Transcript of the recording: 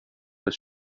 das